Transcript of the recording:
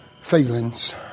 feelings